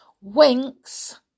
Winks